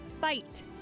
fight